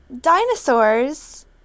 Dinosaurs